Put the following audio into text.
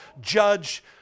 judge